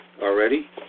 already